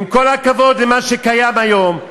עם כל הכבוד למה שקיים היום,